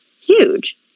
huge